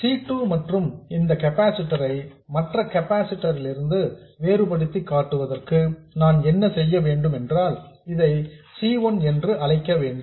C 2 மற்றும் இந்த capacitor ஐ மற்ற கெபாசிட்டர் லிருந்து வேறுபடுத்தி காட்டுவதற்கு நான் என்ன செய்ய வேண்டும் என்றால் இதை C 1 என்று அழைக்க வேண்டும்